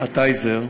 "טייזר",